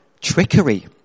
trickery